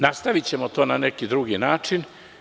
Nastavićemo to na neki drugi način.